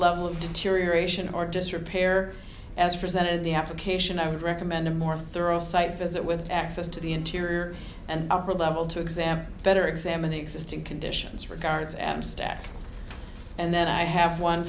level of deterioration or disrepair as presented the application i would recommend a more thorough site visit with access to the interior and upper level to examine better examine existing conditions for guards and staff and then i have one